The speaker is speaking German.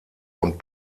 und